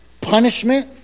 Punishment